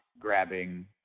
grabbing